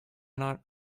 not